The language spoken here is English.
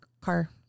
car